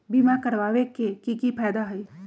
बीमा करबाबे के कि कि फायदा हई?